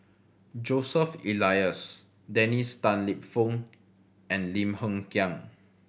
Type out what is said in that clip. Joseph Elias Dennis Tan Lip Fong and Lim Hng Kiang